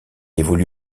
évolue